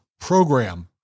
program